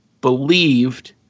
believed